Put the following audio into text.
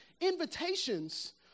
invitations